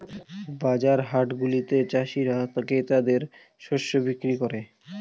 বাজার হাটগুলাতে চাষীরা ক্রেতাদের শস্য বিক্রি করে